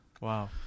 Wow